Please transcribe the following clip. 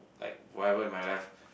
like forever in my life